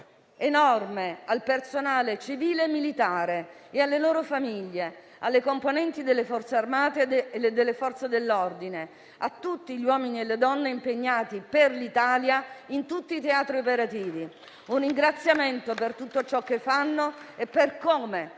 al personale civile e militare e alle loro famiglie, alle componenti delle Forze armate e delle Forze dell'ordine, a tutti gli uomini e le donne impegnati per l'Italia in tutti i teatri operativi. A loro va il ringraziamento per tutto ciò che fanno e per come